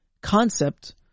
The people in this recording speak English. concept